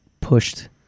pushed